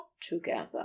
together